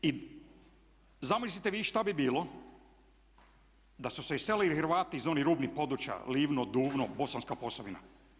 I zamislite vi što bi bilo da su se iselili Hrvati iz onih rubnih područja Livno, Duvno, Bosanska Posavina?